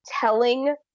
telling